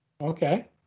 Okay